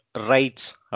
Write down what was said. rights